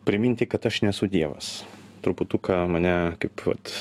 priminti kad aš nesu dievas truputuką mane kaip vat